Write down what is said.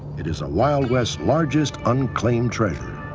it is a wild west largest unclaimed treasure.